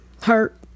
hurt